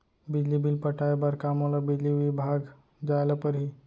बिजली बिल पटाय बर का मोला बिजली विभाग जाय ल परही?